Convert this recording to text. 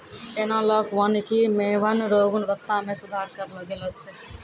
एनालाँक वानिकी मे वन रो गुणवत्ता मे सुधार करलो गेलो छै